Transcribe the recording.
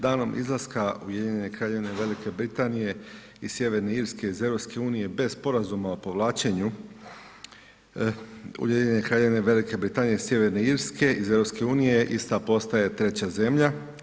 Danom izlaska Ujedinjene Kraljevine Velike Britanije i Sjeverne Irske iz EU bez Sporazuma o povlačenju Ujedinjene Kraljevine Velike Britanije i Sjeverne Irske iz EU ista postaje treća zemlja.